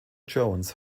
jones